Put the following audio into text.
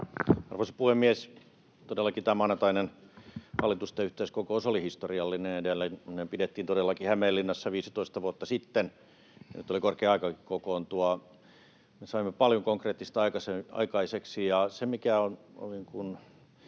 Arvoisa puhemies! Todellakin tämä maanantainen hallitusten yhteiskokous oli historiallinen. Edellinen pidettiin todellakin Hämeenlinnassa 15 vuotta sitten, nyt oli korkea aikakin kokoontua. Me saimme paljon konkreettista aikaiseksi,